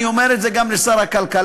אני אומר את זה גם לשר הכלכלה,